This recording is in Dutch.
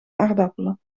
aardappelen